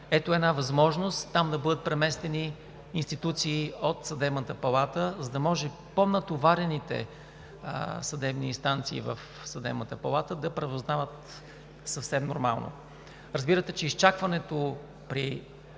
Ето една възможност там да бъдат преместени институции от Съдебната палата, за да може по-натоварените съдебни инстанции в Съдебната палата да правораздават съвсем нормално. Разбирате, че изчакването при